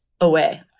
away